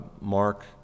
Mark